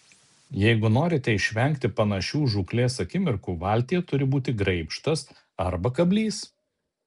jeigu norite išvengti panašių žūklės akimirkų valtyje turi būti graibštas arba kablys